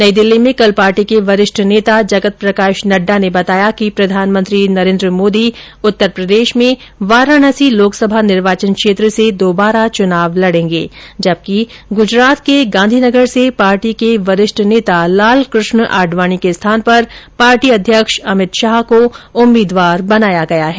नई दिल्ली में कल पार्टी के वरिष्ठ नेता जगत प्रकाश नड्डा ने बताया प्रधानमंत्री नरेंद्र मोदी उत्तर प्रदेश में वाराणसी लोकसभा निर्वाचन क्षेत्र से दोबारा चुनाव लड़ेंगे जबकि गुजरात के गांधी नगर से पार्टी के वरिष्ठ नेता लालकृष्ण आडवाणी के स्थान पर पार्टी अध्यक्ष अमित शाह को उम्मीदवार बनाया गया है